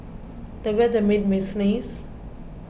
the weather made me sneeze